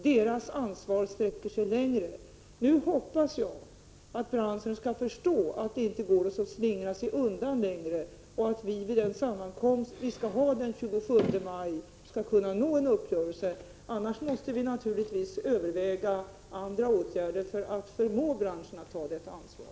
Branschens ansvar sträcker sig längre. Nu hoppas jag att branschen skall förstå att det inte går att slingra sig undan längre. Jag hoppas att vi vid den sammankomst vi skall ha den 27 maj skall kunna nå en uppgörelse. Annars måste vi naturligtvis överväga andra åtgärder för att förmå branschen att ta detta ansvar.